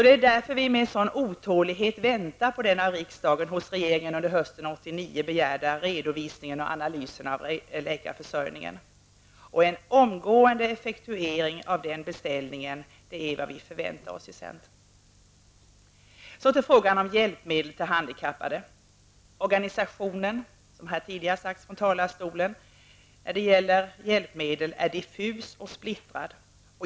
Det är därför vi i centern med sådan otålighet väntar på den av riksdagen hos regeringen under hösten 1989 begärda redovisningen och analysen av läkarförsörjningen. En omgående effektuering av den beställningen är vad vi förväntar oss i centern. Så till frågan om hjälpmedel till handikappade. Som tidigare sagts från talarstolen, är organisationen när det gäller hjälpmedel diffus och splittrad.